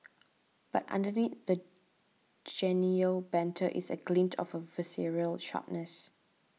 but underneath the genial banter is a glint of a visceral sharpness